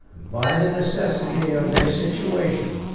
by the necessity of their situation,